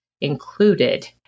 included